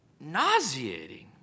Nauseating